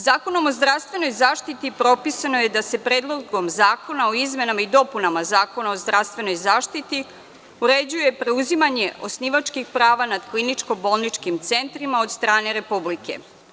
Zakonom o zdravstvenoj zaštiti, propisano je da se Predlogom zakona o izmenama i dopunama Zakona o zdravstvenoj zaštiti uređuje preuzimanje osnivačkih prava nad kliničko-bolničkim centrima, od strane Republike.